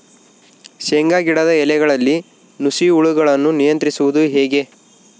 ಶೇಂಗಾ ಗಿಡದ ಎಲೆಗಳಲ್ಲಿ ನುಷಿ ಹುಳುಗಳನ್ನು ನಿಯಂತ್ರಿಸುವುದು ಹೇಗೆ?